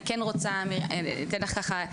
אני כן רוצה לתת לך ככה,